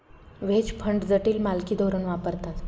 veg fund जटिल मालकी धोरण वापरतात